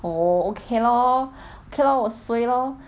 oh okay lor okay lor 我 suay lor